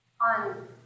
On